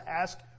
ask